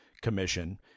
Commission